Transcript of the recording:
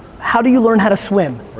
how do you learn how to swim,